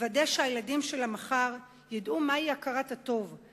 לוודא שהילדים של המחר ידעו מהי הכרת הטוב,